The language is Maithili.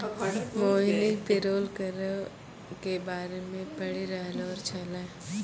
मोहिनी पेरोल करो के बारे मे पढ़ि रहलो छलै